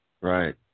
Right